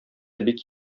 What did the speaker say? бик